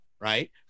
right